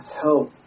help